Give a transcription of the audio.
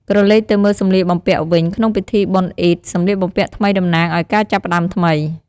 ក្រឡេកទៅមើលសម្លៀកបំពាក់វិញ ក្នុងពិធីបុណ្យអ៊ីឌ សម្លៀកបំពាក់ថ្មីតំណាងឱ្យការចាប់ផ្ដើមថ្មី។